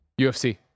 UFC